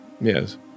yes